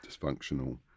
dysfunctional